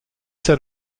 set